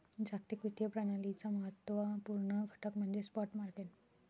जागतिक वित्तीय प्रणालीचा महत्त्व पूर्ण घटक म्हणजे स्पॉट मार्केट